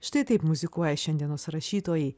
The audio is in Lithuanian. štai taip muzikuoja šiandienos rašytojai